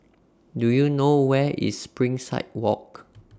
Do YOU know Where IS Springside Walk